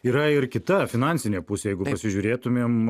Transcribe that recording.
yra ir kita finansinė pusė jeigu pasižiūrėtumėm